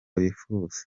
bifuza